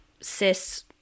cis